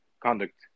conduct